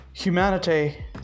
Humanity